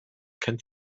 kennt